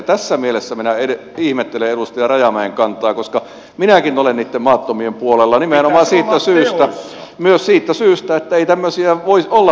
tässä mielessä minä ihmettelen edustaja rajamäen kantaa koska minäkin olen niitten maattomien puolella nimenomaan myös siitä syystä että ei voi olla tämmöisiä blokkijärjestelmiä ja tällä aukaistaan lisää sitä